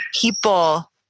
people